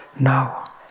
now